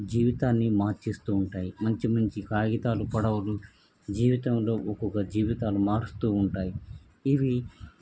జీవితాన్ని మారుస్తు ఉంటాయి మంచి మంచి కాగితాలు పడవలు జీవితంలో ఒక్కొక్క జీవితాలు మారుస్తు ఉంటాయి ఇవి